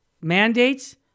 mandates—